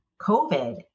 COVID